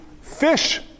fish